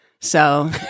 So-